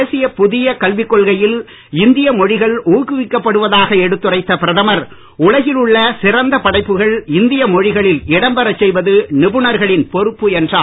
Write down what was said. தேசிய புதிய கல்விக் கொள்கையில் இந்திய மொழிகள் ஊக்குவிக்கப்படுவதாக எடுத்துரைத்த பிரதமர் உலகில் உள்ள சிறந்த படைப்புகள் இந்திய மொழிகளில் இடம்பெறச் செய்வது நிபுணர்களின் பொறுப்பு என்றார்